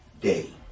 day